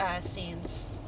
scenes